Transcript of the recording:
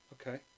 Okay